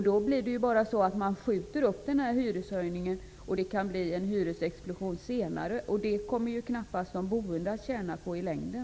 Då blir det bara så att hyreshöjningen skjuts upp, och det kan bli en hyresexplosion senare. Det kommer knappast de boende att tjäna på i längden.